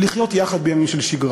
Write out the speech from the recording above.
החוכמה היא לחיות יחד בימים של שגרה,